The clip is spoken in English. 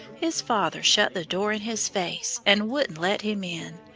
his father shut the door in his face, and wouldn't let him in.